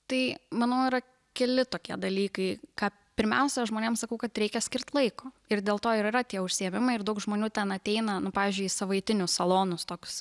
tai manau yra keli tokie dalykai ką pirmiausia žmonėm sakau kad reikia skirt laiko ir dėl to ir yra tie užsiėmimai ir daug žmonių ten ateina nu pavyzdžiui į savaitinius salonus tokius